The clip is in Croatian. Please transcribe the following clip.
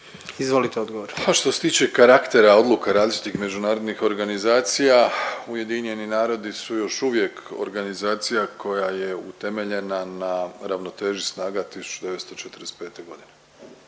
(HDZ)** A što se tiče karaktera, odluka različitih međunarodnih organizacija Ujedinjeni narodi su još uvijek organizacija koja je utemeljena na ravnoteži snaga 1945. godine